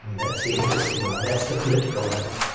that's the interesting one. that's the political level.